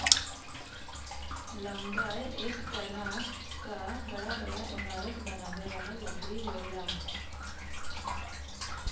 lumber एक तरह क बड़ा बड़ा इमारत बनावे वाला लकड़ी होला